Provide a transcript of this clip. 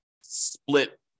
split